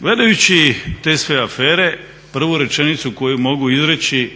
Gledajući te sve afere prvu rečenicu koju mogu izreći,